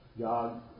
God